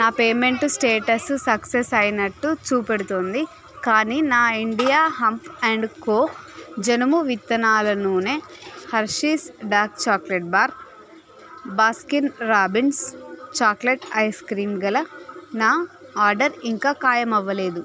నా payment status success అయినట్టు చూపెడుతోంది కానీ నా ఇండియా హెంప్ అండ్ కో జనుము విత్తనాల నూనె Hershey's dark chocolate bar Baskin Robbins chocolate ice cream గల నా ఆర్డర్ ఇంకా ఖాయమవ్వలేదు